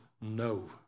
no